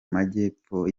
majyepfo